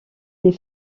des